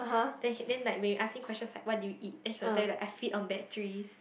then he then like when you ask him questions like what do you eat then he will tell you like I feed on batteries